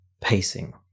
pacing